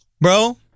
Bro